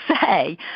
say